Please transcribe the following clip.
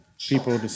people